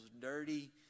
dirty